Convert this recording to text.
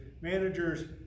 managers